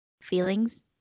feelings